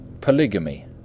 Polygamy